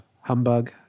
humbug